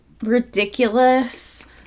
ridiculous